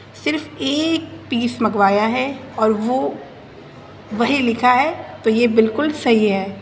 صرف ایک پیس منگوایا ہے اور وہ وہی لکھا ہے تو یہ بالکل صحیح ہے